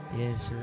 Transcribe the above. yes